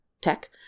tech